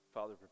Father